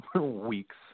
weeks